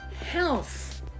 Health